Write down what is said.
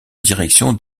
direction